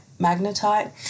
magnetite